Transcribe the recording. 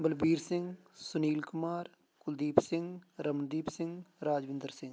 Balbir Singh Sunil Kumar Kuldeep Singh Ramandeep Singh Rajwinder Singh